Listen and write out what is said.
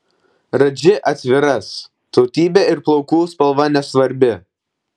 radži atviras tautybė ir plaukų spalva nesvarbi